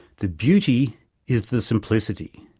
the beauty is the simplicity.